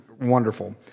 Wonderful